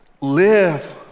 live